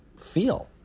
feel